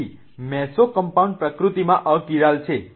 તેથી મેસોકમ્પાઉન્ડ પ્રકૃતિમાં અકિરાલ છે